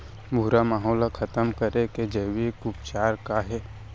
भूरा माहो ला खतम करे के जैविक उपचार का हे?